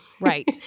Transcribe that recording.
Right